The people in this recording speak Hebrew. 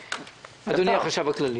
אדוני החשב הכללי,